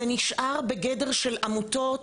זה נשאר בגדר של עמותות